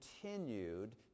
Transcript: continued